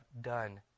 done